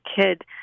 kid